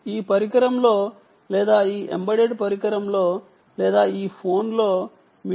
ఈ పరికరంలో లేదా ఈ ఎంబెడెడ్ పరికరంలో లేదా ఈ ఫోన్లో కీ ఎక్కడ ఉంది అని మీరు అడగవచ్చు